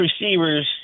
receivers